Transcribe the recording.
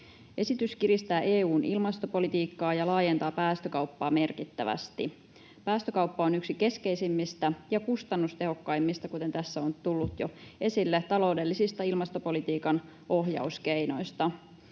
Esitys kiristää EU:n ilmastopolitiikkaa ja laajentaa päästökauppaa merkittävästi. Päästökauppa on yksi keskeisimmistä ja kustannustehokkaimmista — kuten tässä on tullut jo esille — taloudellisista ilmastopolitiikan ohjauskeinoista.